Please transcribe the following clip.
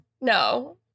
No